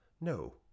No